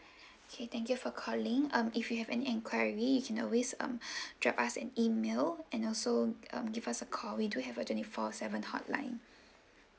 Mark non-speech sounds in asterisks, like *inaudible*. *breath* okay thank you for calling um if you have an enquiry you can always um *breath* drop us an email and also um give us a call we do have a twenty four seven hotline